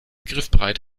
griffbereit